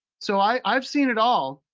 so i've i've seen it all.